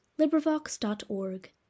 LibriVox.org